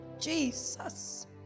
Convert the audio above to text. Jesus